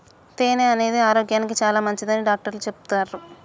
తేనె అనేది ఆరోగ్యానికి చాలా మంచిదని డాక్టర్లు చెపుతాన్రు